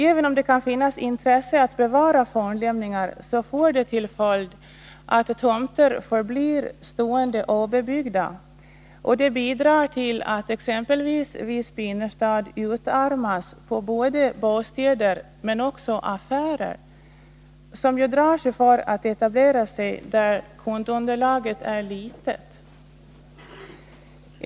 Även om det kan finnas intresse att bevara fornlämningar, får de nuvarande reglerna till följd att tomter förblir stående obebyggda, och det bidrar till att exempelvis Visbys innerstad utarmas på både bostäder och affärer som ju drar sig för att etablera sig där kundunderlaget är litet.